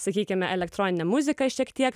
sakykime elektroninė muzika šiek tiek to